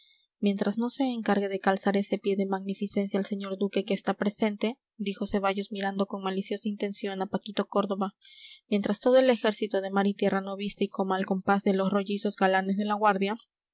mientras no se encargue de calzar ese pie de magnificencia el señor duque que está presente dijo ceballos mirando con maliciosa intención a paquito córdoba mientras todo el ejército de mar y tierra no vista y coma al compás de los rollizos galanes de la guardia